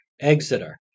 Exeter